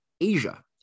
Asia